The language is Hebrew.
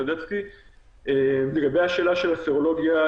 לגבי השאלה של הסרולוגיה,